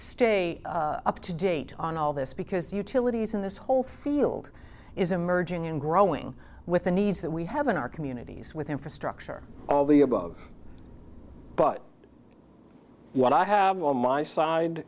stay up to date on all this because utilities in this whole field is emerging and growing with the needs that we have in our communities with infrastructure all the above but what i have on my side